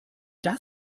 denn